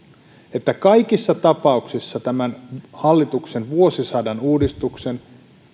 että kaikissa tapauksissa tämän hallituksen vuosisadan uudistuksen